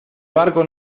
barco